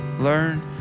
Learn